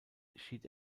schied